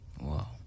Wow